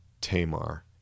Tamar